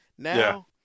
now